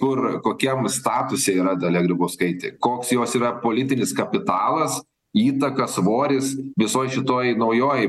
kur kokiam statuse yra dalia grybauskaitė koks jos yra politinis kapitalas įtaka svoris visoj šitoj naujoj